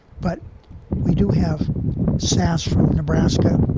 but we do have sasse from nebraska,